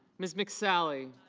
ms. nick sally